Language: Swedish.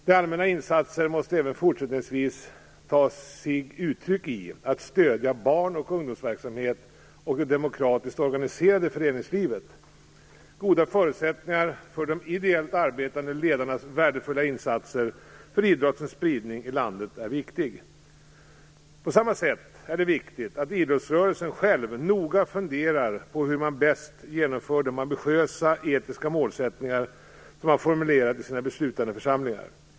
Det allmännas insatser måste även fortsättningsvis ta sig uttryck i att stödja barn och ungdomsverksamheten och det demokratiskt organiserade föreningslivet. Goda förutsättningar för de ideellt arbetande ledarnas värdefulla insatser för idrottens spridning i landet är viktigt. På samma sätt är det viktigt att idrottsrörelsen själv noga funderar på hur man bäst genomför de ambitiösa etiska målsättningar man har formulerat i sina beslutande församlingar.